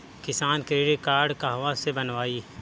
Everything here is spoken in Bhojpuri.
किसान क्रडिट कार्ड कहवा से बनवाई?